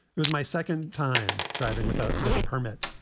it was my second time driving with ah with a permit.